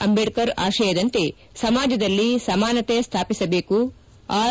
ಅಂಬೇಡ್ಕರ್ ಆಶಯದಂತೆ ಸಮಾಜದಲ್ಲಿ ಸಮಾನತೆ ಸ್ಥಾಪಿಸಬೇಕು ಆರ್